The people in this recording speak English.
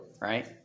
right